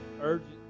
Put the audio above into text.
Urgent